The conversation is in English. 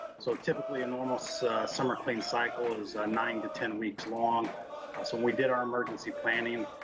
so typically a normal so summer clean cycle is nine to ten weeks long. so when we did our emergency planning,